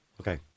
Okay